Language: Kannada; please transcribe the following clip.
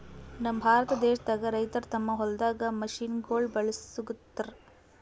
ನಮ್ ಭಾರತ ದೇಶದಾಗ್ ರೈತರ್ ತಮ್ಮ್ ಹೊಲ್ದಾಗ್ ಮಷಿನಗೋಳ್ ಬಳಸುಗತ್ತರ್